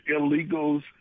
illegals